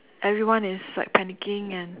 everyone is like panicking and